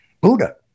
Buddha